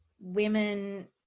women